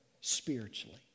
spiritually